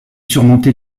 surmontée